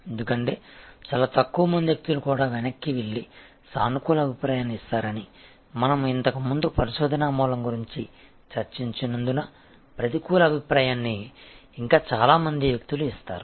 ఎందుకంటే చాలా తక్కువ మంది వ్యక్తులు కూడా వెనక్కి వెళ్లి సానుకూల అభిప్రాయాన్ని ఇస్తారని మనము ఇంతకు ముందు పరిశోధనా మూలం గురించి చర్చించినందున ప్రతికూల అభిప్రాయాన్ని ఇంకా చాలా మంది వ్యక్తులు ఇస్తారు